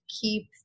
keep